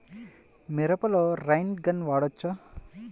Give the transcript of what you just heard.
మిరపలో rain gun వాడవచ్చా?